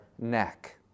neck